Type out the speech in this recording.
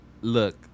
look